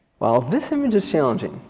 while this image is challenging,